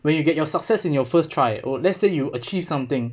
when you get your success in your first try or let say you achieve something